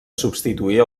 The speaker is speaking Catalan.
substituir